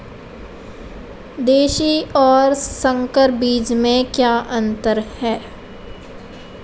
देशी और संकर बीज में क्या अंतर है?